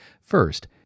First